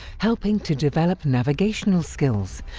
helping to develop navigational skills,